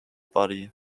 body